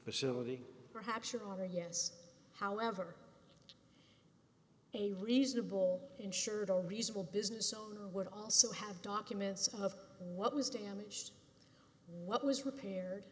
facility perhaps you are yes however a reasonable insurer the reasonable business owner would also have documents of what was damaged what was repaired